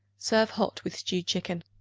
serve hot with stewed chicken.